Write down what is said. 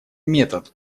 метод